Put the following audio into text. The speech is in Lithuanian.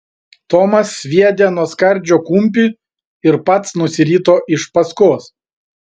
tomas sviedė nuo skardžio kumpį ir pats nusirito iš paskos